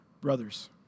brothers